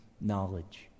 knowledge